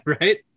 right